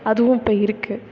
அதுவும் இப்போ இருக்குது